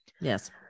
Yes